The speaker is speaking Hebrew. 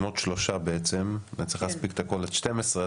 ואני צריך להספיק את הכל עד 12:00,